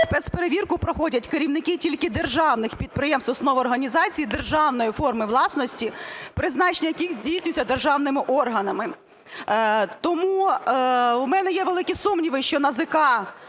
спецперевірку проходять керівники тільки державних підприємств, установ і організацій, державної форми власності, призначення яких здійснюється державними органами. Тому в мене є великі сумніви, що НАЗК